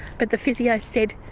but the physio said,